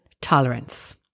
tolerance